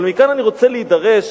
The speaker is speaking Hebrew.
אבל כאן אני רוצה להידרש,